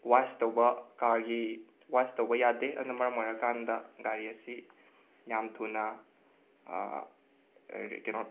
ꯋꯥꯁ ꯇꯧꯕ ꯀꯥꯔꯒꯤ ꯋꯥꯁ ꯇꯧꯕ ꯌꯥꯗꯦ ꯑꯗꯨꯅ ꯃꯔꯝ ꯑꯣꯏꯔꯀꯥꯟꯗ ꯒꯥꯔꯤ ꯑꯁꯤ ꯌꯥꯝꯅ ꯊꯨꯅ ꯀꯦꯅꯣ